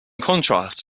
contrast